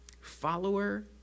follower